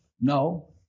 No